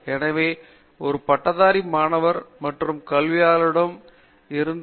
எனவே ஒரு பட்டதாரி மாணவர் மற்றும் கல்வியாளரிடம் இவாறுதான் வெற்றியை அளவிட முடியும்